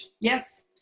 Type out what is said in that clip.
Yes